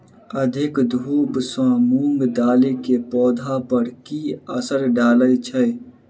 अधिक धूप सँ मूंग दालि केँ पौधा पर की असर डालय छै?